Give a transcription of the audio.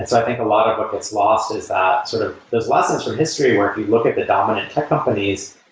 i think a lot of what gets lost is that sort of those lessons from history where if you look at the dominant tech companies,